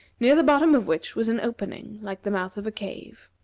near the bottom of which was an opening like the mouth of a cave.